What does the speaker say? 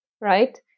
right